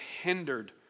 hindered